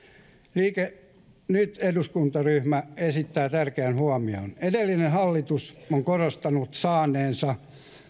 liike nyt eduskuntaryhmä esittää tärkeän huomion edellinen hallitus on korostanut saaneensa